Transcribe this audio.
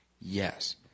Yes